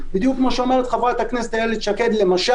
התשכ"ח-1968 של חברה המנויה בפסקאות (1) עד (6)